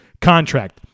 contract